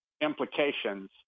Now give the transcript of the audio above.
implications